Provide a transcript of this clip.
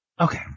Okay